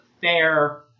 fair